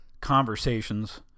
conversations